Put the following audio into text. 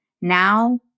now